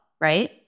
right